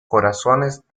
corazones